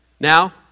Now